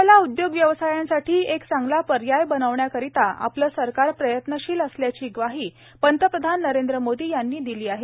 देशाला उदयोग व्सायवसायांसाठी एक चांगला पर्याय बनवण्याकरता आपलं सरकार प्रयत्नशील असल्याची ग्वाही पंतप्रधान नरेंद्र मोदी यांनी दिली आहे